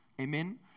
amen